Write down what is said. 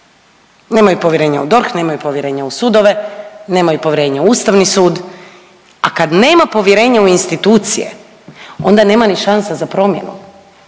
Nemaju povjerenja u DORH, nemaju povjerenja u sudove, nemaju povjerenja u Ustavni sud, a kad nema povjerenja u institucije onda nema ni šansa sa promjenu,